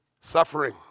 suffering